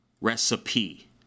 recipe